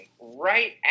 right